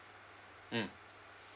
mm